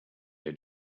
they